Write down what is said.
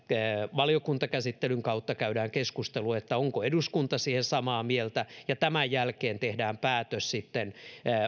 valiokuntakäsittelyn kautta käydään keskustelua onko eduskunta samaa mieltä ja tämän jälkeen tehdään päätös sitten